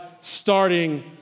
starting